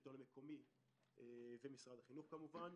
השלטון המקומי ומשרד החינוך כמובן.